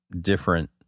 different